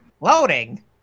Loading